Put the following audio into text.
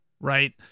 Right